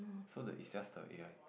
so the its just the A_I